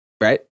Right